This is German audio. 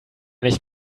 nicht